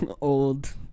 old